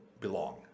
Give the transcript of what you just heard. belong